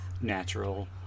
natural